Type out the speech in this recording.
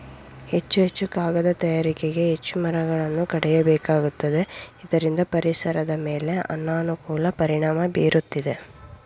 ಹೆಚ್ಚು ಹೆಚ್ಚು ಕಾಗದ ತಯಾರಿಕೆಗೆ ಹೆಚ್ಚು ಮರಗಳನ್ನು ಕಡಿಯಬೇಕಾಗುತ್ತದೆ ಇದರಿಂದ ಪರಿಸರದ ಮೇಲೆ ಅನಾನುಕೂಲ ಪರಿಣಾಮ ಬೀರುತ್ತಿದೆ